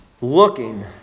looking